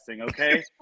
okay